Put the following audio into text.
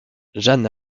jeanne